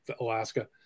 Alaska